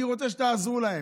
אני רוצה שתעזרו להן,